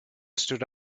stood